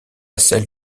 celle